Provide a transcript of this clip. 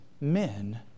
men